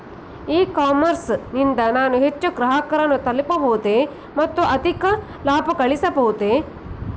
E commerce ನಿಂದ ನಾನು ಹೆಚ್ಚು ಗ್ರಾಹಕರನ್ನು ತಲುಪಬಹುದೇ ಮತ್ತು ಅಧಿಕ ಲಾಭಗಳಿಸಬಹುದೇ?